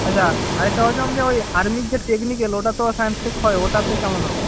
আচ্ছা আরেকটা বলছিলাম যে ওই আর্মির যে টেকনিক্যাল ওটা তো সায়েন্স থেকে হয় ওটাতে কেমন হবে